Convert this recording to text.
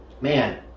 Man